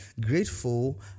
grateful